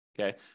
okay